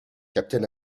captain